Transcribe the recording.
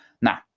Now